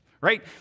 right